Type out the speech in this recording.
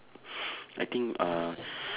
I think uh